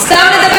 ויום אחרי,